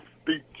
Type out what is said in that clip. speech